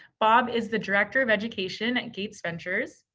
bob is the director of education at gates ventures.